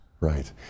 Right